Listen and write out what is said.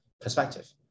perspective